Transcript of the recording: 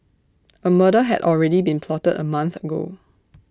A murder had already been plotted A month ago